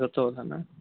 ସତକଥା ନା